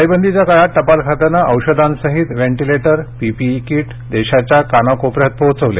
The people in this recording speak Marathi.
टाळेबंदीच्या काळात टपाल खात्यानं औषधांसहीत व्हेंटीलेटर पीपीई कीट देशाच्या कानाकोपऱ्यात पोहोचवले